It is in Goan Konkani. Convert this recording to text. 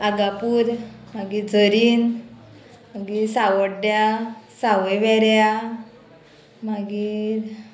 आगापूर मागीर झरीन मागीर सावड्ड्या सावयवेऱ्या मागीर